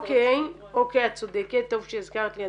אוקיי, את צודקת, טוב שהזכרת לי.